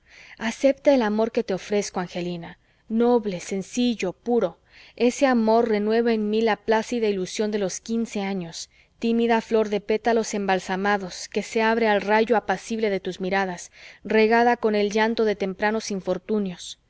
acepta el amor que te ofrezco angelina noble sencillo puro ese amor renueva en mí la plácida ilusión de los quince años tímida flor de pélalos embalsamados que se abre al rayo apacible de tus miradas regada con el llanto de tempranos infortunios